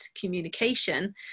communication